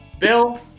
Bill